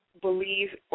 believe